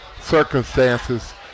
circumstances